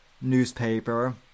newspaper